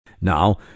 Now